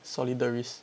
solidarists